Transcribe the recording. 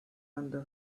under